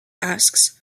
asks